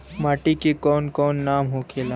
माटी के कौन कौन नाम होखेला?